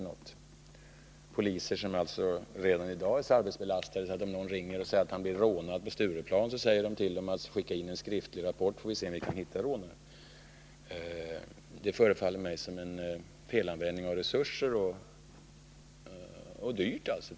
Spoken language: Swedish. Och polisen är ju redan i dag så arbetsbelastad, att om någon ringer och säger att han blivit rånad på Stureplan, får han till svar: Skicka in en skriftlig rapport, så får vi se om vi kan hitta rånaren. Det förefaller mig vara en felanvändning av resurser att låta polisen ägna sig åt sådan här butikskontroll.